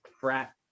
frat